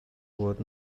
fod